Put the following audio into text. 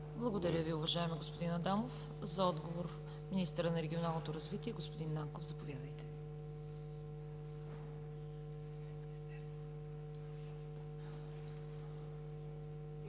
Благодаря Ви, уважаеми господин Адамов. За отговор – министърът на регионалното развитие. Министър Нанков, заповядайте.